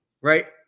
right